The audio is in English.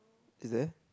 is there